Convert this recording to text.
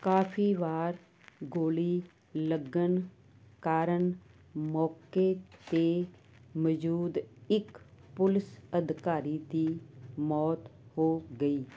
ਕਾਫ਼ੀ ਵਾਰ ਗੋਲੀ ਲੱਗਣ ਕਾਰਨ ਮੌਕੇ 'ਤੇ ਮੌਜੂਦ ਇਕ ਪੁਲਿਸ ਅਧਿਕਾਰੀ ਦੀ ਮੌਤ ਹੋ ਗਈ